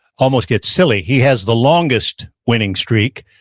almost get silly. he has the longest winning streak,